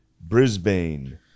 Brisbane